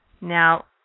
Now